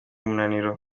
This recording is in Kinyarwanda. umunaniro